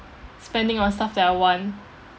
spending on stuff that I want